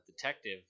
detective